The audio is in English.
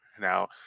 Now